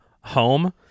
Home